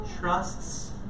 trusts